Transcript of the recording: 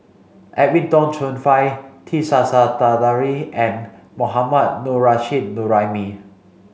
Edwin Tong Chun Fai T Sasitharan and Mohammad Nurrasyid Juraimi